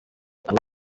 abo